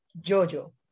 Jojo